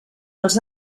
els